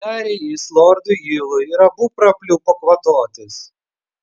tarė jis lordui hilui ir abu prapliupo kvatotis